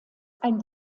ein